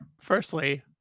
firstly